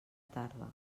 tarda